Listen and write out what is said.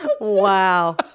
Wow